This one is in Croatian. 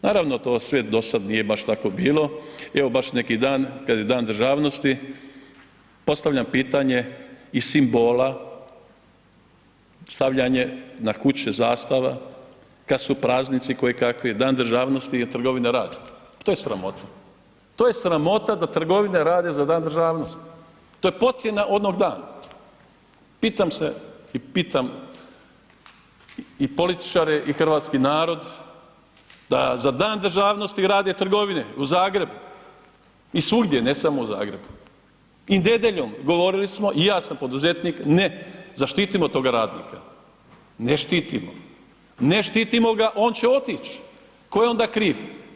Naravno, to sve do sad nije baš tako bilo, evo baš neki dan kad je Dan državnosti postavljam pitanje i simbola, stavljanje na kuće zastava, kad su praznici kojekakvi, Dan državnosti je trgovina rada, to je sramota, to je sramota da trgovine rade za Dan državnosti, to je podcjena onog dana, pitam se i pitam i političare i hrvatski narod da za Dan državnosti rade trgovine u Zagrebu i svugdje, ne samo u Zagrebu i nedjeljom, govorili smo i ja sam poduzetnik, ne zaštitimo toga radnika, ne štitimo, ne štitimo ga, on će otić, tko je onda kriv?